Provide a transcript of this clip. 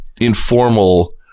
informal